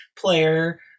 player